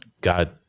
God